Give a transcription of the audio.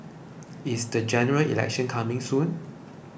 is the General Election coming soon